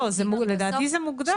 לדעתי זה מוגדר.